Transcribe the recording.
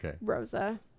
Rosa